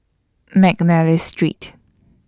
Mcnally Street